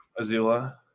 Azula